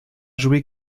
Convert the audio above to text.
joué